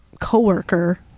coworker